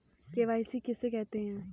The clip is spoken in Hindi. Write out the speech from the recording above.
के.वाई.सी किसे कहते हैं?